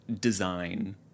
design